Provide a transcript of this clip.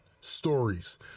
stories